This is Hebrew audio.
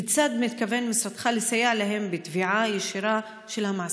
2. כיצד מתכוון משרדך לסייע להם בתביעה ישירה של המעסיקים?